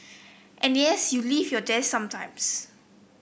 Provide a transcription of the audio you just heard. and yes you leave your desk sometimes